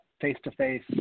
face-to-face